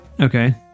Okay